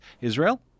Israel